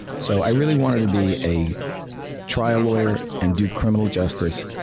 so i really wanted to be a trial lawyer and do criminal justice,